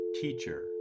teacher